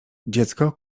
dziecko